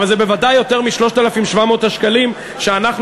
אבל זה בוודאי יותר מ-3,700 השקלים שאנחנו